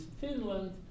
Finland